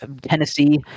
Tennessee